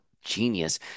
genius